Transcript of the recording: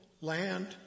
land